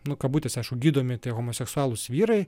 nu kabutėse aišku gydomi tie homoseksualūs vyrai